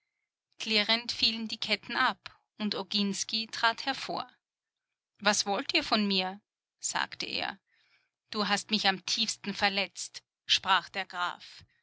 klirrend fielen die ketten ab und oginsky trat vor was wollt ihr von mir sagte er du hast mich am tiefsten verletzt sprach der graf